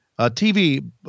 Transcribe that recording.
TV